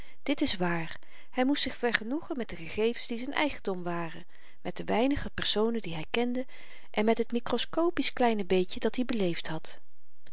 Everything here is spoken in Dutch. dit is waar hy moest zich vergenoegen met de gegevens die z'n eigendom waren met de weinige personen die hy kende en met het mikroskopisch kleine beetje dat-i beleefd had